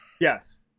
Yes